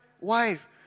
wife